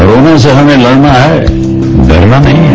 corona से हमें लड़ना है डरना नहीं है